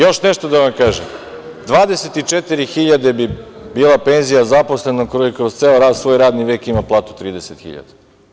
Još nešto da vam kažem, 24 hiljade bi bila penzija zaposlenog koji kroz ceo svoj radni vek ima platu 30 hiljada.